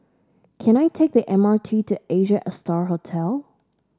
can I take the M R T to Asia Star Hotel